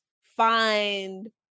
find